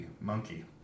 monkey